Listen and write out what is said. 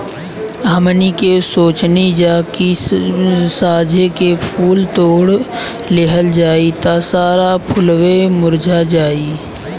हमनी के सोचनी जा की साझे के फूल तोड़ लिहल जाइ त सारा फुलवे मुरझा जाइ